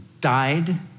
died